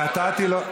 נתתי לו,